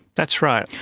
that's right.